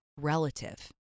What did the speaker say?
relative